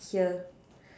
here